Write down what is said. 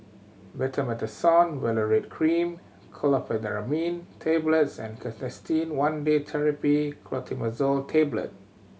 Betamethasone Valerate Cream Chlorpheniramine Tablets and Canesten One Day Therapy Clotrimazole Tablet